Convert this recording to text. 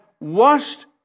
washed